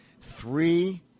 three